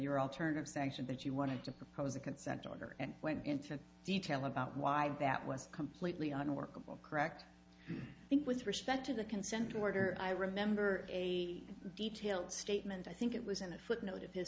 your alternative sanction that you wanted to propose a consent order and went into detail about why that was completely unworkable correct i think with respect to the consent order i remember a detailed statement i think it was in a footnote of his